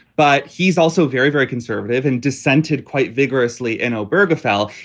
but he's also very, very conservative and dissented quite vigorously in oberg afl.